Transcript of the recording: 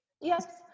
Yes